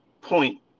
point